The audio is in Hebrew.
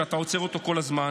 שאתה עוצר אותו כל הזמן.